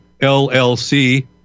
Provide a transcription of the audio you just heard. LLC